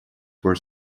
were